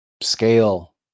scale